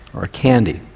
or a candy,